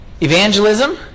evangelism